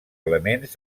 elements